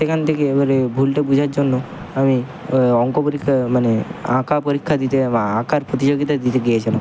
সেখান থেকে এবারে ভুলটা বুঝার জন্য আমি অঙ্ক পরীক্ষা মানে আঁকা পরীক্ষা দিতে যাবো আঁকার প্রতিযোগিতা দিতে গিয়েছিলাম